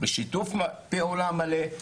בשיתוף פעולה מלא,